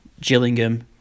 Gillingham